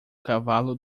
cavalo